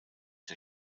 der